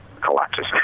collapses